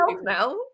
now